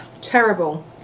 terrible